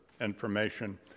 information